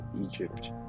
Egypt